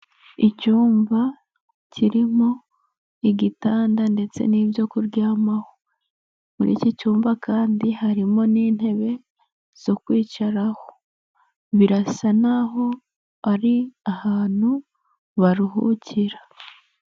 Icyumba kirimo igitanda ndetse n'ibyo kuryamaho, muri iki cyumba kandi harimo n'intebe zo kwicaraho, birasa n'aho ari ahantu baruhukira.